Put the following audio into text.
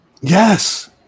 Yes